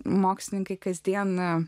mokslininkai kasdieną